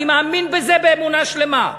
אני מאמין בזה באמונה שלמה.